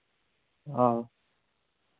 हां